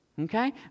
Okay